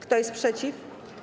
Kto jest przeciw?